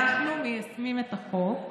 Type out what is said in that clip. אנחנו מיישמים את החוק.